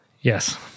Yes